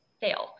fail